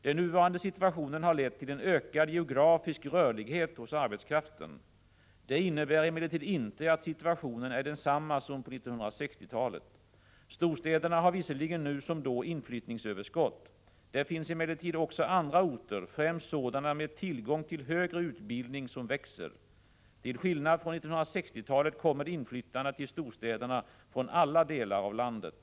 Den nuvarande situationen har lett till en ökad geografisk rörlighet hos arbetskraften. Det innebär emellertid inte att situationen är densamma som på 1960-talet. Storstäderna har visserligen nu som då inflyttningsöverskott. Det finns emellertid också andra orter — främst sådana med tillgång till högre utbildning — som växer. Till skillnad från vad som var fallet under 1960-talet Prot. 1985/86:69 kommer inflyttarna till storstäderna från alla delar av landet.